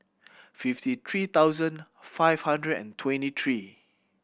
fifty three thousand five hundred and twenty three